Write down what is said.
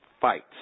fight